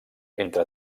entre